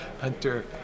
Hunter